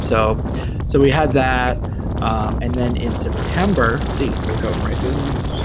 so so we had that and then in september see we're going right through the month